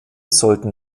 sollten